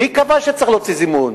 ממתי צריך להוציא זימון?